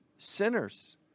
Sinners